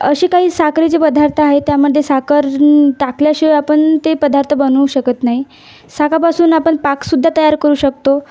असे काही साखरेचे पदार्थ आहेत त्यामध्ये साखर टाकल्याशिवाय आपण ते पदार्थ बनवू शकत नाही साखरेपासून आपण पाकसुद्धा तयार करू शकतो